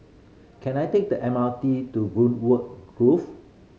can I take the M R T to Greenwood Grove